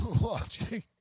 watching